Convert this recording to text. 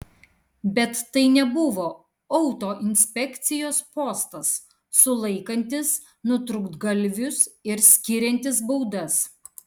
bet tai nebuvo autoinspekcijos postas sulaikantis nutrūktgalvius ir skiriantis baudas